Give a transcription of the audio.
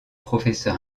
professeur